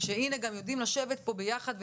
שהינה גם יודעים לשבת פה ביחד,